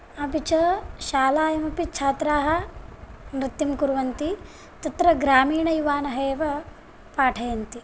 अपि च शालायामपि छात्राः नृत्यं कुर्वन्ति तत्र ग्रामीणयुवानः एव पाठयन्ति